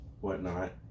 whatnot